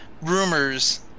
Rumors